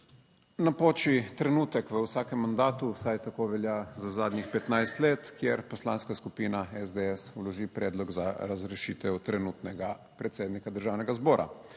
Napoči trenutek v vsakem mandatu, vsaj tako velja za zadnjih 15 let, kjer Poslanska skupina SDS vloži predlog za razrešitev trenutnega predsednika Državnega zbora.